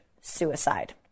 suicide